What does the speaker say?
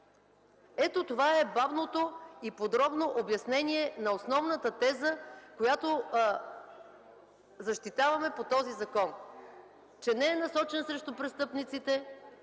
Ето това е бавното и подробно обяснение на основната теза, която защитаваме по закона – че не е насочен срещу престъпниците,